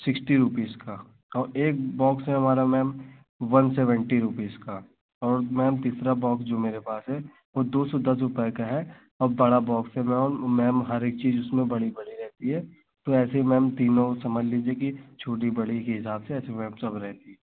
sixty rupees का और एक बॉक्स है हमारा मैम वन सेवेन्टी रुपीस का और मैम तीसरा बॉक्स जो मेरे पास है वह दो सौ दस रुपये का है और बड़ा बॉक्स है मैम मैम हरेक चीज़ उसमें बड़ी बड़ी रहती है तो ऐसे ही मैम तीनों समझ लीजिए कि छोटी बड़ी के हिसाब से ऐसे मैम सब रहता